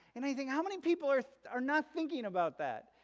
and i think how many people are are not thinking about that?